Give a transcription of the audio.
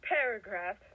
Paragraph